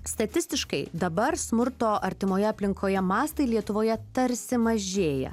statistiškai dabar smurto artimoje aplinkoje mastai lietuvoje tarsi mažėja